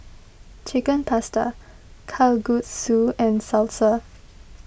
Chicken Pasta Kalguksu and Salsa